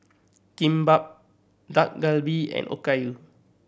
Kimbap Dak Galbi and Okayu